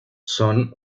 son